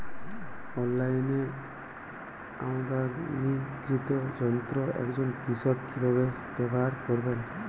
অনলাইনে আমদানীকৃত যন্ত্র একজন কৃষক কিভাবে ব্যবহার করবেন?